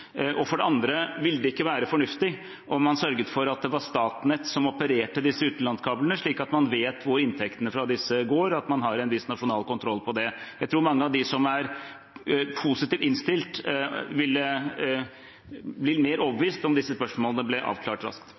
For det andre: Ville det ikke være fornuftig om man sørget for at det var Statnett som opererte disse utenlandskablene, slik at man visste hvor inntektene fra disse gikk, og man hadde en viss nasjonal kontroll på det? Jeg tror mange av de som er positivt innstilt, ville bli mer overbevist om disse spørsmålene ble avklart raskt.